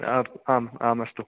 आम् आमस्तु